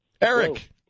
Eric